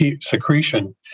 secretion